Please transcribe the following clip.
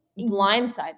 blindsided